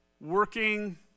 working